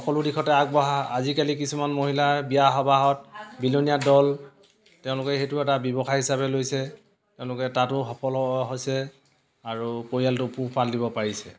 সকলো দিশতে আগবঢ়া আজিকালি কিছুমান মহিলাৰ বিয়া সবাহত বিলনীয়া দল তেওঁলোকে সেইটো এটা ব্যৱসায় হিচাপে লৈছে তেওঁলোকে তাতো সফল হ হৈছে আৰু পৰিয়ালটো পোহপাল দিব পাৰিছে